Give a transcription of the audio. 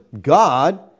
God